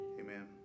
amen